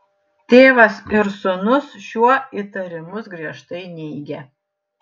tėvas ir sūnus šiuo įtarimus griežtai neigia